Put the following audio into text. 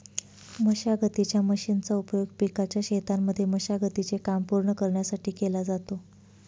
मशागतीच्या मशीनचा उपयोग पिकाच्या शेतांमध्ये मशागती चे काम पूर्ण करण्यासाठी केला जातो